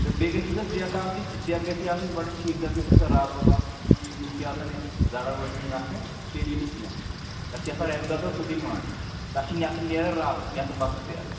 تہٕ بیٚیہِ گژھی سۄ سیٚکھ آسٕنۍ سیٚکھ گژھی آسٕنۍ بَڈٕ ٹھیٖک تَتھ گژھی نہٕ سۄ رَب وَب آسٕنۍ یِتھ کٔنۍ ہُم چھے آسان ہے زَڈا وٲجمٕژ نَکھٕ چلی نہٕ کینٛہہ تَتھ چھِ آسان رَبہِ دۄگَل سیٚدُے منٛز تَتھ چھِ نٮ۪صٕب نیران رَب نٮ۪صٕب آسان سیٚکھ